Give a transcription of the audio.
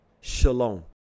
shalom